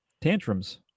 tantrums